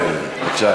בבקשה,